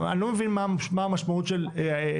אני לא מבין מה המשמעות של פניות.